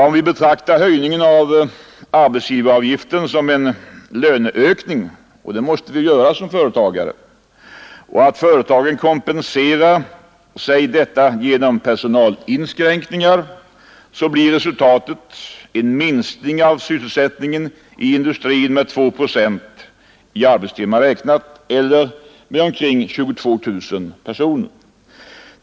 Om vi betraktar höjningen av arbetsgivaravgiften som en löneökning — det måste vi göra som företagare — och företagen kompenserar detta genom personalinskränkningar, blir resultatet en minskning av sysselsättningen i industrin med 2 procent i arbetstimmar räknat, eller med omkring 22 000 personer.